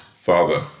Father